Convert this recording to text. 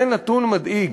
זה נתון מדאיג.